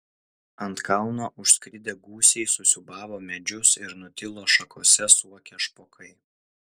ant kalno užskridę gūsiai susiūbavo medžius ir nutilo šakose suokę špokai